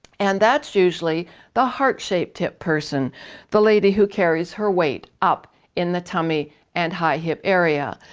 and that's usually the heart-shaped hip person the lady who carries her weight up in the tummy and high hip area.